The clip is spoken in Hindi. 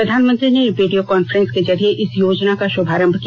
प्रधानमंत्री ने वीडियो कांफ्रेंस के जरिए इस योजना का शुभारंभ किया